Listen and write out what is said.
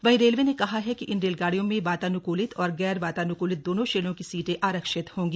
वहीं रेलवे ने कहा है कि इन रेलगाड़ियों में वातान्कूलित और गैर वातान्कूलित दोनों श्रेणियों की सीटें आरक्षित होंगी